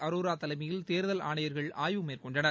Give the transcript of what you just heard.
அரோராதலைமையில் தேர்தல் ஆணையர்கள் ஆய்வு மேற்கொண்டனர்